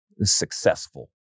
successful